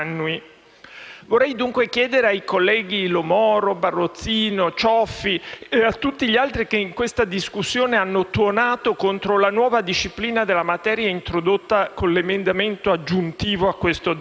Vorrei, dunque, chiedere ai colleghi Lo Moro, Barozzino, Cioffi e a tutti gli altri che in questa discussione hanno tuonato contro la nuova disciplina della materia introdotta con l'emendamento aggiuntivo a questo decreto-legge: